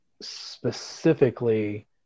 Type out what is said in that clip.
specifically